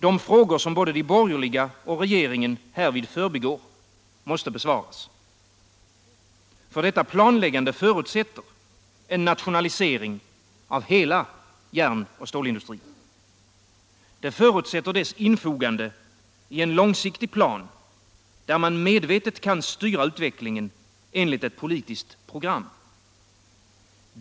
De frågor som både de borgerliga och regeringen förbigår måste besvaras. Detta planläggande förutsätter en nationalisering av hela järnoch stålindustrin. Det förutsätter dess infogande i en långsiktig plan, där man medvetet kan styra utvecklingen enligt ett politiskt program.